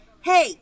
Hey